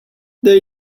they